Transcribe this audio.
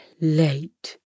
late